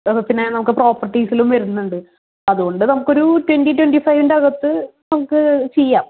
അപ്പോൾ പിന്നെ നമുക്ക് പ്രോപ്പർട്ടീസിലും വരുന്നുണ്ട് അതുകൊണ്ട് നമുക്കൊരു ട്വൻറ്റി ട്വൻറ്റിഫൈവിന്റെ അകത്ത് നമുക്ക് ചെയ്യാം